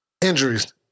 Injuries